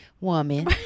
woman